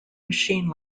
machine